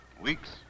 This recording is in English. Weeks